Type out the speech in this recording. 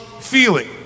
feeling